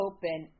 Open